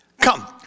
Come